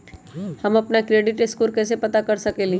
हम अपन credit score कैसे पता कर सकेली?